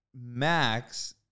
Max